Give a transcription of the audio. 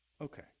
okay